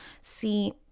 see